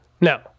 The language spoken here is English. no